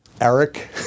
Eric